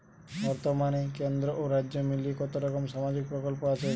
বতর্মানে কেন্দ্র ও রাজ্য মিলিয়ে কতরকম সামাজিক প্রকল্প আছে?